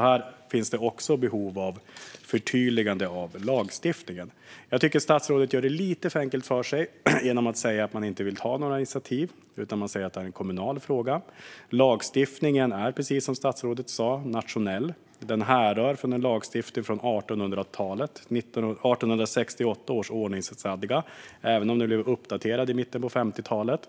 Här finns det alltså behov av ett förtydligande i lagstiftningen. Jag tycker att statsrådet gör det lite för enkelt för sig genom att säga att man inte vill ta några initiativ. Man säger att det är en kommunal fråga. Lagstiftningen är precis som statsrådet sa nationell. Den härrör från en lagstiftning från 1800-talet, 1868 års ordningsstadga, och den blev uppdaterad i mitten av 1950-talet.